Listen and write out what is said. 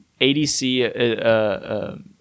ADC